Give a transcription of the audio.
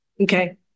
Okay